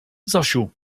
zosiu